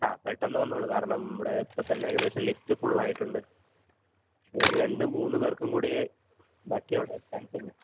ആ പെട്ടെന്ന് വന്നോളൂ കാരണം ഇവിടെ ഇപ്പം തന്നെ ഏകദേശം ലിസ്റ്റ് ഫുള്ളായിട്ടുണ്ട് രണ്ട് മൂന്ന് പേര്ക്കും കൂടെയേ ബാക്കി അവിടെ ചാൻസ് ഉള്ളു